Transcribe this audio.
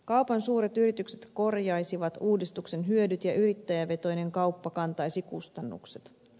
kaupan suuret yritykset korjaisivat uudistuksen hyödyt ja yrittäjävetoinen kauppa kantaisi kustannukset